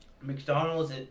McDonald's